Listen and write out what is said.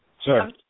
sir